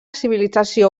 civilització